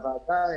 לוועדה.